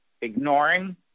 ignoring